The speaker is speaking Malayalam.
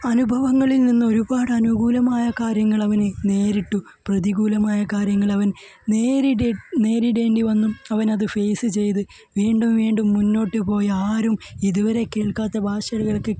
അനുഭവങ്ങളിൽ നിന്ന് ഒരുപാട് അനുകൂലമായ കാര്യങ്ങൾ അവൻ നേരിട്ടു പ്രതികൂലമായ കാര്യങ്ങൾ അവൻ നേരിടെ നേരിടേണ്ടി വന്നു അവനത് ഫേസ് ചെയ്ത് വീണ്ടും വീണ്ടും മുന്നോട്ടു പോയി ആരും ഇതുവരെ കേൾക്കാത്ത ഭാഷകളൊക്കെ